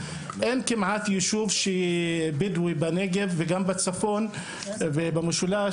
אין כמעט יישוב בדואי בנגב וגם בצפון ובמשולש